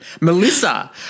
Melissa